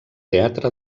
teatre